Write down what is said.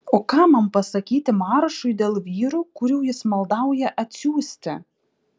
o ką man pasakyti maršui dėl vyrų kurių jis maldauja atsiųsti